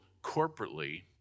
corporately